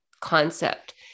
concept